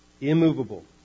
immovable